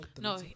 No